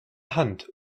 hand